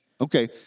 Okay